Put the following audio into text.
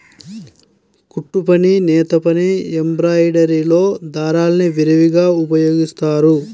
కుట్టుపని, నేతపని, ఎంబ్రాయిడరీలో దారాల్ని విరివిగా ఉపయోగిస్తారు